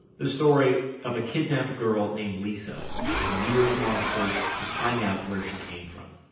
the story of a kidnapped girl named lisa and the yearslong search to find out where she came from.